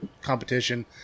competition